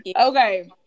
Okay